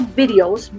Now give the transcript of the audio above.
videos